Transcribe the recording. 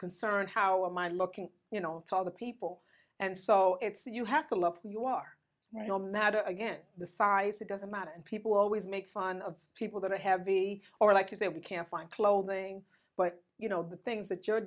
concerned how am i looking you know talk to people and so it's you have to love you are no matter again the size it doesn't matter and people always make fun of people that i have be or like you say we can't find clothing but you know the things that you're